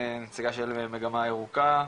הנציגה של מגמה ירוקה,